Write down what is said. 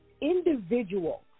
individual